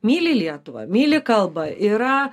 myli lietuvą myli kalbą yra